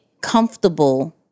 comfortable